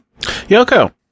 Yoko